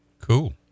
Cool